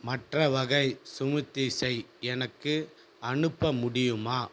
மற்ற வகை ஸ்மூத்திஸை எனக்கு அனுப்ப முடியுமா